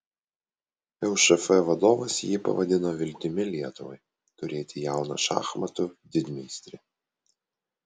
lšf vadovas jį pavadino viltimi lietuvai turėti jauną šachmatų didmeistrį